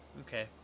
Okay